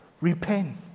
Repent